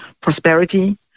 prosperity